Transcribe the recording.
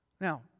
Now